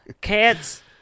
Cats